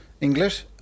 english